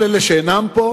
כל אלה שאינם פה,